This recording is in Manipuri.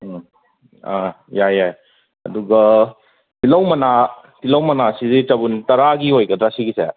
ꯎꯝ ꯑꯥ ꯌꯥꯔꯦ ꯌꯥꯔꯦ ꯑꯗꯨꯒ ꯇꯤꯜꯍꯧ ꯃꯅꯥ ꯇꯤꯜꯍꯧ ꯃꯅꯥꯁꯤꯗꯤ ꯆꯕꯨꯟ ꯇꯔꯥꯒꯤ ꯑꯣꯏꯒꯗ꯭ꯔꯥ ꯁꯤꯒꯤꯁꯦ